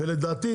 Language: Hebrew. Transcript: ולדעתי,